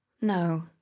No